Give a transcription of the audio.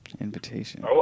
Invitation